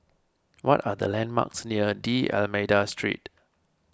what are the landmarks near D'Almeida Street